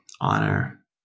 honor